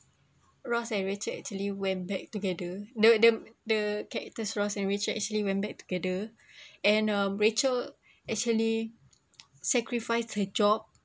ross and richard actually went back together the the the character's ross and richard actually went back together and um rachel actually sacrifice her job